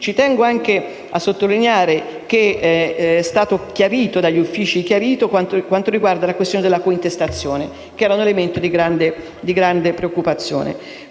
Tengo anche a sottolineare che è stata chiarita dagli uffici la questione della cointestazione, che era un elemento di grande preoccupazione.